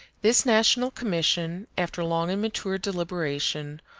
this national commission, after long and mature deliberation,